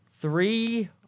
Three